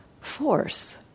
force